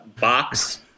Box